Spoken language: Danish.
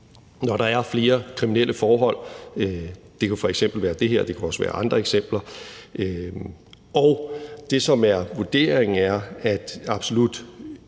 når der er flere kriminelle forhold – det kan f.eks. være det her, det kan også være andre eksempler – og det, der er vurderingen, er, at absolut